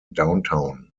downtown